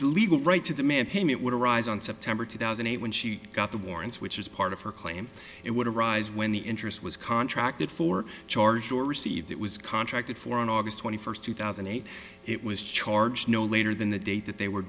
legal right to demand payment would arise on september two thousand and eight when she got the warrants which is part of her claim it would arise when the interest was contracted for charge or received that was contracted for on august twenty first two thousand and eight it was charged no later than the date that they w